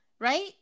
Right